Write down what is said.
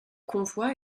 convoi